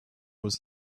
was